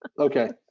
Okay